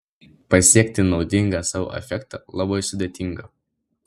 pasiekti naudingą sau efektą labai sudėtinga